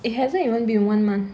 it hasn't even been one month